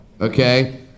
Okay